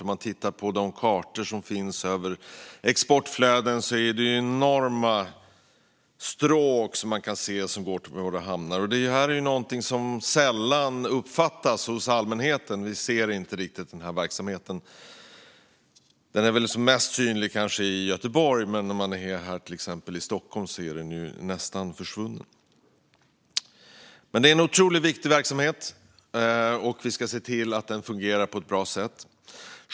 Om man tittar på de kartor som finns över exportflöden ser man att det är enorma stråk som går via våra hamnar. Detta är någonting som sällan uppfattas av allmänheten. Vi ser inte riktigt den här verksamheten. Den är kanske som mest synlig i Göteborg. Här i Stockholm till exempel är den nästan försvunnen. Men det är en otroligt viktig verksamhet, och vi ska se till att den fungerar på ett bra sätt.